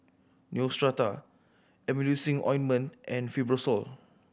Neostrata Emulsying Ointment and Fibrosol